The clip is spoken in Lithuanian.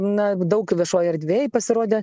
na daug viešojoj erdvėj pasirodė